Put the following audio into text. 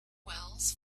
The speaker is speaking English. wells